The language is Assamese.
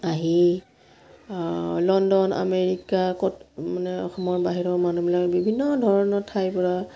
আহি লণ্ডন আমেৰিকা মানে অসমৰ বাহিৰৰ মানুহবিলাক বিভিন্ন ধৰণৰ ঠাইৰ পৰা